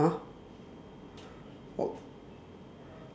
!huh! oh